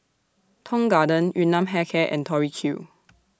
Tong Garden Yun Nam Hair Care and Tori Q